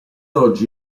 oggi